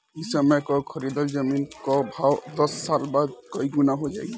ए समय कअ खरीदल जमीन कअ भाव दस साल बाद कई गुना हो जाई